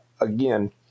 Again